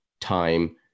time